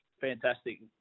fantastic